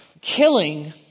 killing